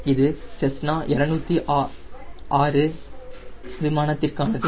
இது செஸ்னா 206 விமானத்திற்கானது